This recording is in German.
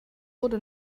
wurde